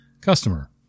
Customer